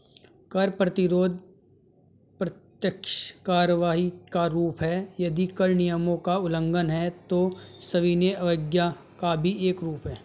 कर प्रतिरोध प्रत्यक्ष कार्रवाई का रूप है, यदि कर नियमों का उल्लंघन है, तो सविनय अवज्ञा का भी एक रूप है